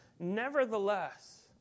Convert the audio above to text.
Nevertheless